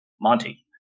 Monty